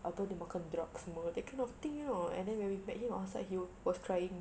apa dia makan drugs semua that kind of thing you know and then when we met him I was like he was crying